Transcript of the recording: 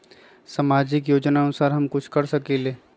सामाजिक योजनानुसार हम कुछ कर सकील?